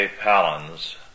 Palin's